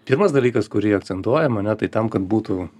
pirmas dalykas kurį akcentuojam ane tai tam kad būtų